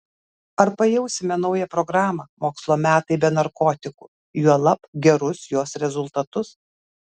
ar pajausime naują programą mokslo metai be narkotikų juolab gerus jos rezultatus